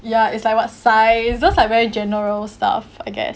ya it's like what size those are very general stuff I guess